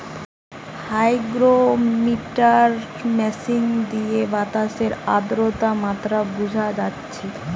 hygrometer machine দিয়ে বাতাসের আদ্রতার মাত্রা বুঝা যাচ্ছে